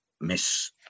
miss